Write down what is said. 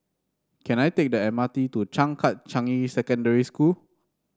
can I take the M R T to Changkat Changi Secondary School